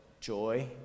joy